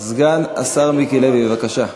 סגן השר מיקי לוי, בבקשה.